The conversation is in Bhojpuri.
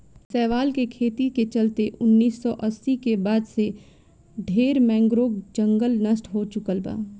शैवाल के खेती के चलते उनऽइस सौ अस्सी के बाद से ढरे मैंग्रोव जंगल नष्ट हो चुकल बा